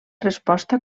resposta